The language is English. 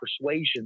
persuasion